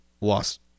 Lost